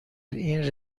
این